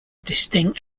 distinct